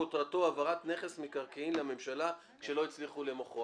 כותרתו: העברת נכס מקרקעין לממשלה כשלא הצליחו למוכרו.